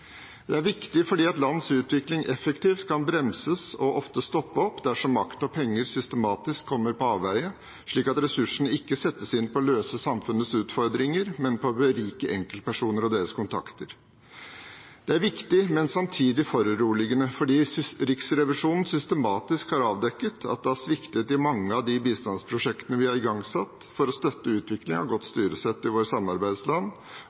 Det er viktig fordi et lands utvikling effektivt kan bremses og ofte stoppe opp dersom makt og penger systematisk kommer på avveie, slik at ressursene ikke settes inn på å løse samfunnets utfordringer, men på å berike enkeltpersoner og deres kontakter. Det er viktig, men samtidig foruroligende, fordi Riksrevisjonen systematisk har avdekket at det har sviktet i mange av de bistandsprosjektene vi har igangsatt for å støtte utviklingen av godt styresett i våre samarbeidsland, og